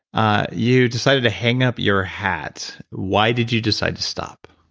ah you decided to hang up your hats. why did you decide to stop?